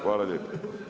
Hvala lijepo.